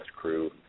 crew